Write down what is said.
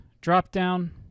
drop-down